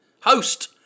host